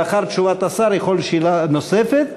לאחר תשובת השר יכול לשאול שאלה נוספת.